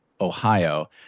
Ohio